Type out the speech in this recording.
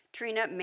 Trina